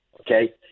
okay